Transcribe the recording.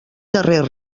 darrer